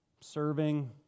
serving